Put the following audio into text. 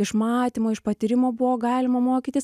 iš matymo iš patyrimo buvo galima mokytis